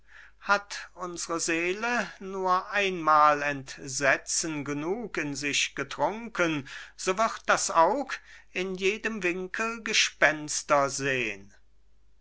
geblüths hat unsre seele nur einmal entsetzen genug in sich getrunken so wird das aug in jedem winkel gespenster sehn